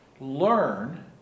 Learn